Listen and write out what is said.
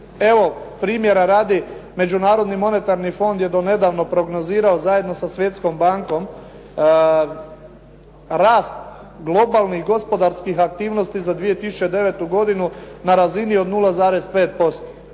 Evo, primjera radi, međunarodni monetarni fond je do nedavno prognozirao zajedno sa Svjetskom bankom rast globalnih, gospodarskih aktivnosti za 2009. godinu na razini od 0,5%,